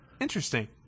interesting